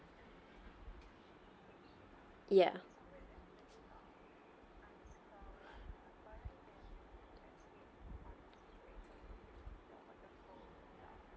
ya